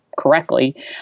Correctly